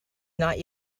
not